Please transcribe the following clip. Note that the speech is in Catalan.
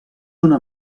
una